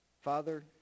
father